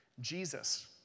Jesus